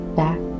back